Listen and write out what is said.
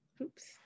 Oops